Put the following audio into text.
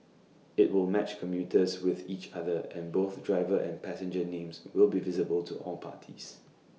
IT will match commuters with each other and both driver and passenger names will be visible to all parties